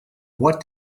what